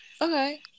Okay